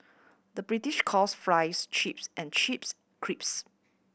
the British calls fries chips and chips